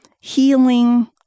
healing